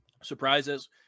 surprises